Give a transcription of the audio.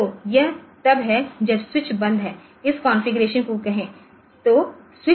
तो यह तब है जब स्विच बन्द है इस कॉन्फ़िगरेशन को कहें